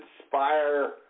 inspire